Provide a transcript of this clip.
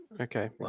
Okay